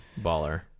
baller